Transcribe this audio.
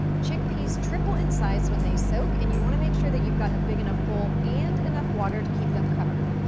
chickpeas triple in size when they soak and you wanna make sure that you've got a big enough bowl and enough water to keep them covered.